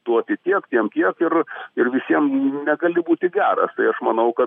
duoti tiek tiem tiek ir ir visiem negali būti geras tai aš manau kad